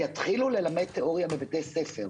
יתחילו ללמד תיאוריה בבתי ספר,